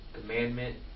commandment